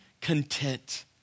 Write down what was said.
content